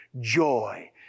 Joy